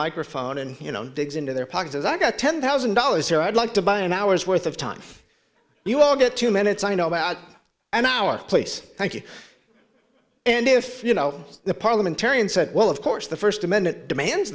microphone and you know digs into their pockets as i got ten thousand dollars here i'd like to buy an hour's worth of time you will get two minutes i know about an hour place thank you and if you know the parliamentarian said well of course the first amendment demands